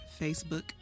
Facebook